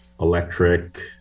electric